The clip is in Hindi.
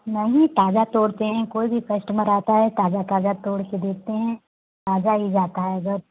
नहीं ताजा तोड़ते हैं कोई भी कस्टमर आता है ताजा ताजा तोड़ के देते हैं ताजा ही जाता है इधर